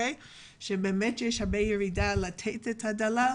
ושבאמת יש הרבה --- לתת את הדל"ל.